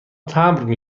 تمبر